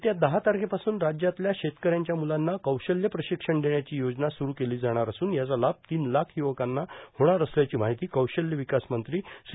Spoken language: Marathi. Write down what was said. येत्या दहा तारखेपासून राज्यातल्या शेतकऱ्यांच्या मुलांना कौशल्य प्रशिक्षण देण्याची योजना सुरू केली जाणार असून याचा लाभ तीन लाख युवकांना होणार असल्याची माहिती कौशल्य विकास मंत्री श्री